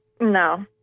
No